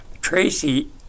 Tracy